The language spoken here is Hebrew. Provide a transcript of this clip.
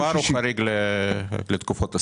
חריג לתקופת מעבר או חריג גם לתקופות השיא?